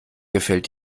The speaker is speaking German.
gefällt